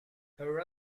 her